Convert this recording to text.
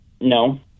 no